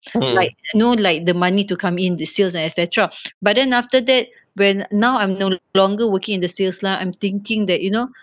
like know like the money to come in the sales and etcetera but then after that when now I'm no longer working in the sales line I'm thinking that you know